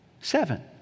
Seven